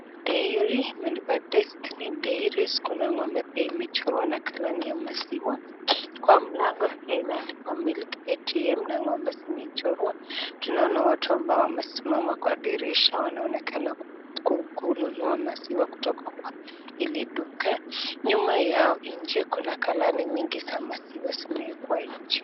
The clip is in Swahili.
Dairy imeandikwa Destiny dairies, kuna ng'ombe pia imechorwa na galani ya maziwa, kwa mlango pia imeandikwa Milk Atm na ng'ombe zimechorwa, tunaona watu ambao wamesimama kwa dirisha wanaonekana kununa maziwa kutoka kwa hili duka, nyuma yao nje kuna galani mingi za maziwa zimewekwa nje.